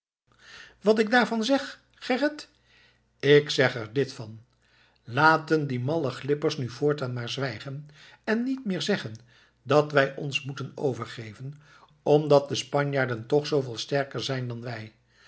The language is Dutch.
wat ik daarvan zeg gerrit ik zeg er dit van laten die malle glippers nu voortaan maar zwijgen en niet meer zeggen dat wij ons moeten overgeven omdat de spanjaarden toch zooveel sterker zijn dan wij